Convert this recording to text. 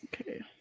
Okay